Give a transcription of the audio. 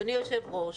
אדוני היושב ראש,